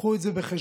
קחו את זה בחשבון,